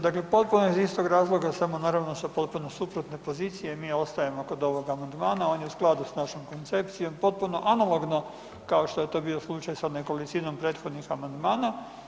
Dakle, potpuno iz istog razloga samo naravno sa potpuno suprotne pozicije mi ostajemo kod ovog amandmana, on je stvaran sa našom koncepcijom potpuno analogno kao što je to bio slučaj sa nekolicinom prethodnih amandmana.